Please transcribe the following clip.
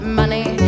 money